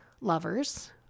lovers